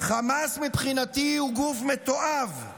"חמאס מבחינתי הוא גוף מתועב.